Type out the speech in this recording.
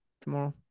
tomorrow